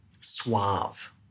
suave